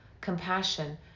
compassion